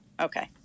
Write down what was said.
Okay